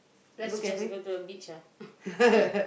let's just go to the beach ah